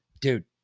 dude